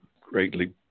greatly